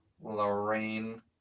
Lorraine